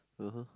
(uh huh)